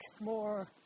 more